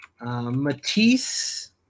Matisse